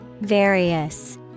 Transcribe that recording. Various